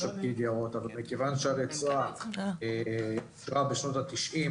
פגיעה ביער חולדה ההיסטורי וסכנה אמיתית לבריאות התושבים,